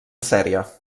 sèrie